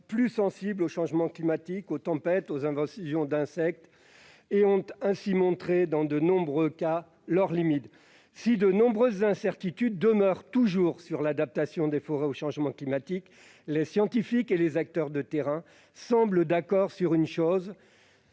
plus sensibles au changement climatique, aux tempêtes, aux invasions d'insectes, ont montré leurs limites dans de nombreux cas. Si de nombreuses incertitudes demeurent toujours sur l'adaptation des forêts au changement climatique, les scientifiques et les acteurs de terrain s'accordent sur un point